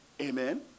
Amen